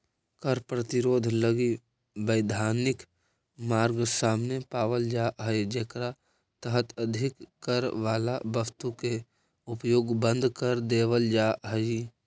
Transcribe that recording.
कर प्रतिरोध लगी वैधानिक मार्ग सामने पावल जा हई जेकरा तहत अधिक कर वाला वस्तु के उपयोग बंद कर देवल जा हई